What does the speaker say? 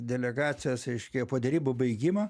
delegacijos reiškia po derybų baigimo